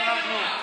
מה אנחנו.